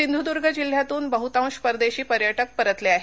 सिंधुदूर्ग जिल्ह्यातून बहुतांश परदेशी पर्यटक परतले आहेत